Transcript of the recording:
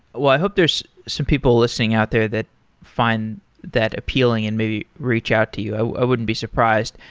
well, i hope there's some people listening out there that find that appealing and maybe reach out to you. i wouldn't be surprised.